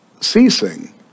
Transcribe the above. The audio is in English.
ceasing